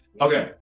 Okay